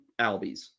Albies